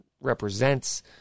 represents